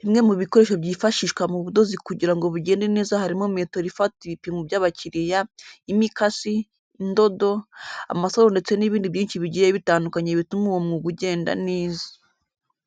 Bimwe mu bikoresho byifashishwa mu budozi kugira ngo bugende neza harimo metero ifata ibipimo by'abakiriya, imikasi, indodo, amasaro ndetse n'ibindi byinshi bigiye bitandukanye bituma uwo mwuga ugenda neza.